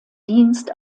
dienst